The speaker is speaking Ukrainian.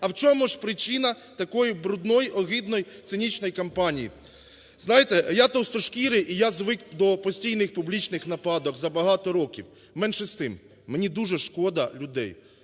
а в чому ж причина такої брудної, огидної, цинічної кампанії. Знаєте, я товстошкірий, і я звик до постійних публічних нападок за багато років. Менше з тим, мені дуже шкода людей.